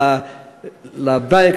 לבנק,